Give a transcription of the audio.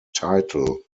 title